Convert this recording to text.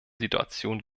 situation